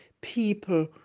people